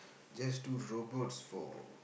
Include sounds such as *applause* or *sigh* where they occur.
*breath* just do robots for